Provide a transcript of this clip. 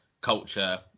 culture